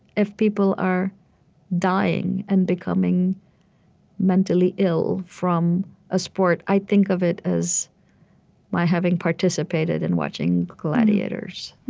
if people are dying and becoming mentally ill from a sport, i think of it as my having participated in watching gladiators.